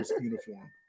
uniform